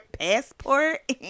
passport